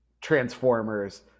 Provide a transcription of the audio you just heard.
Transformers